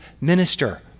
minister